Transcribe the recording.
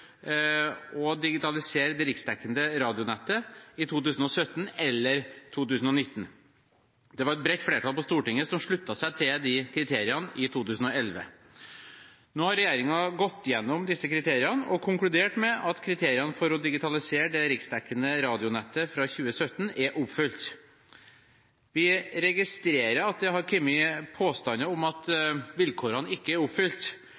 å digitalisere det riksdekkende radionettet i 2017 eller 2019. Det var et bredt flertall på Stortinget som sluttet seg til de kriteriene i 2011. Nå har regjeringen gått gjennom disse kriteriene og konkludert med at kriteriene for å digitalisere det riksdekkende radionettet fra 2017 er oppfylt. Vi registrerer at det har kommet påstander om at vilkårene ikke er oppfylt,